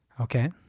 Okay